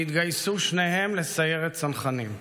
שהתגייסו שניהם לסיירת צנחנים.